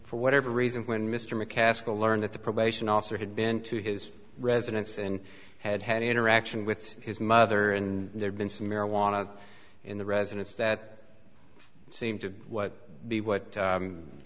for whatever reason when mr macaskill learned that the probation officer had been to his residence and had had interaction with his mother and there been some marijuana in the residence that seemed to be what the